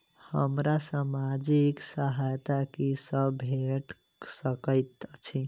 हमरा सामाजिक सहायता की सब भेट सकैत अछि?